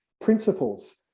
principles